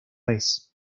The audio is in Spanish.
vez